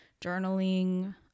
journaling